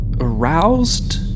aroused